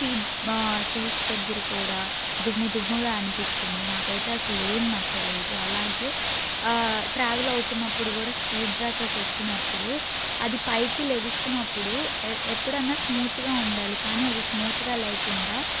seat seats దగ్గర కూడా దుమ్ము దుమ్ముగా అనిపిచ్చింది నాకైతే అసలు ఏం నచ్చలేదు అలాగే ట్రావెల్ అవుతున్నప్పుడు కూడా స్పీడ్ బ్రేకర్స్ వచ్చినప్పుడు అది పైకి లెగుస్తున్నప్పుడు ఎప్పుడన్నా స్మూత్గా ఉండాలి కానీ అది స్మూత్గా లేకుండా